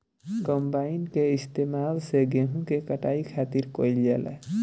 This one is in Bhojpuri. कंबाइन के इस्तेमाल से गेहूँ के कटाई खातिर कईल जाला